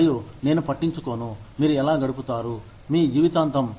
మరియు నేను పట్టించుకోను మీరు ఎలా గడుపుతారు మీ జీవితాంతం